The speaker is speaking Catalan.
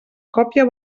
còpia